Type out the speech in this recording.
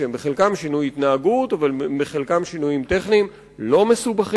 שבחלקם הם שינוי התנהגות אבל בחלקם הם שינויים טכניים לא מסובכים,